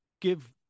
give